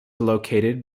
located